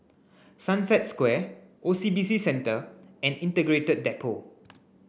Sunset Square O C B C Centre and Integrated Depot